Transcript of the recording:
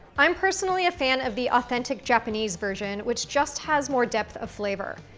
i'm personally a fan of the authentic japanese version, which just has more depth of flavor.